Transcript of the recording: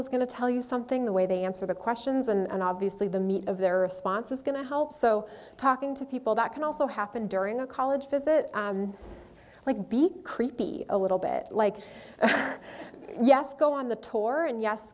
is going to tell you something the way they answer the questions and obviously the meat of their response is going to help so talking to people that can also happen during a college visit like be creepy a little bit like yes go on the tour and yes